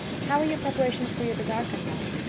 how are your preparations for your bazaar coming on?